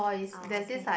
oh okay